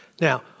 Now